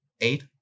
eight